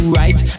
right